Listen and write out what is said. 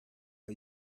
are